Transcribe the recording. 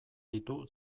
ditu